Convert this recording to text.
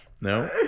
no